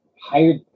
hired